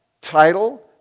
title